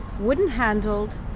wooden-handled